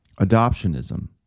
Adoptionism